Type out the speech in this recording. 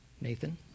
Nathan